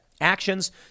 actions